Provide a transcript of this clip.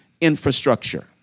infrastructure